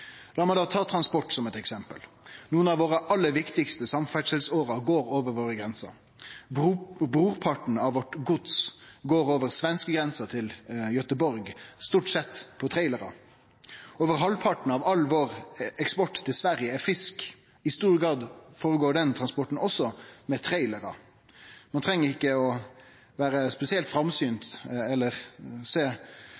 La meg ta transport som eit eksempel: Nokre av våre aller viktigaste samferdselsårer går over våre grenser. Brorparten av godset vårt går over svenskegrensa til Göteborg, stort sett på trailerar. Over halvparten av all vår eksport til Sverige er fisk, og i stor grad skjer også den transporten med trailerar. Ein treng ikkje ha eit spesielt